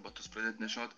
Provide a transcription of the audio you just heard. batus pradėt nešiot